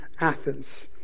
Athens